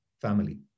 family